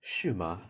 是吗